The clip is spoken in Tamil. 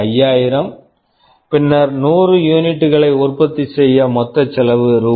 5000 பின்னர் 100 யூனிட்டுகளை உற்பத்தி செய்ய மொத்த செலவு ரூ